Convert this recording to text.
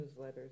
newsletters